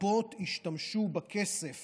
ישתמשו בכסף